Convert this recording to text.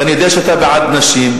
ואני יודע שאתה בעד נשים,